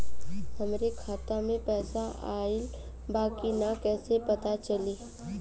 हमरे खाता में पैसा ऑइल बा कि ना कैसे पता चली?